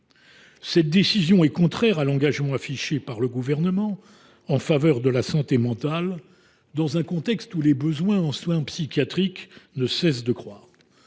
Cette décision est contraire à l’engagement affiché par le Gouvernement en faveur de la santé mentale, dans un contexte où les besoins en soins psychiatriques ne cessent de croître.